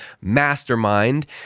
mastermind